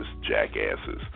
jackasses